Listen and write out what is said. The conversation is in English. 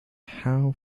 how